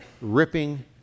ripping